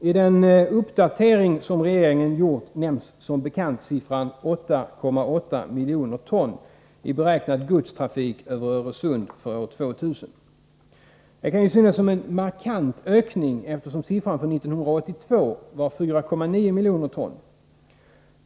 I den uppdatering som regeringen har gjort nämns som bekant siffran 8,8 miljoner ton i beräknad godskvantitet över Öresund för år 2000. Det kan synas som en markant ökning eftersom siffran för 1982 var 4,9 miljoner ton.